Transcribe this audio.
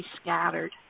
Scattered